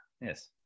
Yes